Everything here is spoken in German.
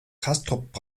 castrop